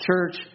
Church